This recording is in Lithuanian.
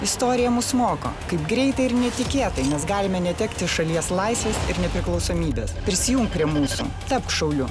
istorija mus moko kaip greitai ir netikėtai mes galime netekti šalies laisvės ir nepriklausomybės prisijunk prie mūsų tapk šauliu